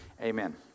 amen